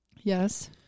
Yes